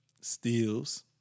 steals